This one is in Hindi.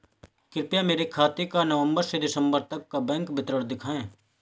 कृपया मेरे खाते का नवम्बर से दिसम्बर तक का बैंक विवरण दिखाएं?